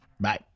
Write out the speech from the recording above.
Bye